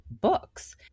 books